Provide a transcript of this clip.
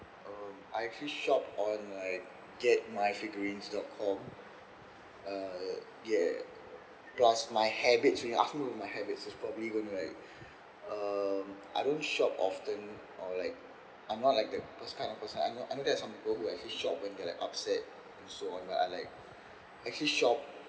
um I actually shop on like get my figurines dot com uh yeah plus my habits when you ask me habits is probably going to like um I don't shop often or like I'm not like the those kind of person I don't I know there are some people who actually shop when they're like upset so on but I like actually shop